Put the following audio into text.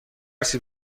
سیب